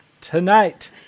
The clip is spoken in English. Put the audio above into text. tonight